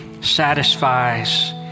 satisfies